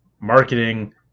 marketing